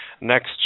next